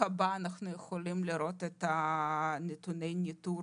הבא אנחנו יכולים לראות את נתוני הניטור